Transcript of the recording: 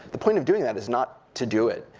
the point of doing that is not to do it.